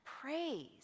praise